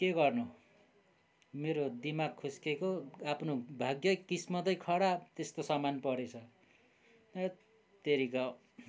के गर्नु मेरो दिमाग खुस्केको आफ्नो भाग्य किस्मतै खराब त्यस्तो सामान परेछ हत्तेरिका हो